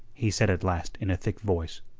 he said at last in a thick voice,